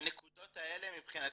הנקודות האלה מבחינתנו,